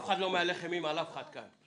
אף אחד לא מהלך אימים על אף אחד כאן.